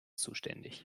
zuständig